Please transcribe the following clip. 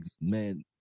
man